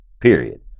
Period